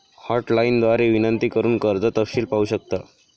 hotline द्वारे विनंती करून कर्ज तपशील पाहू शकता